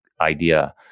idea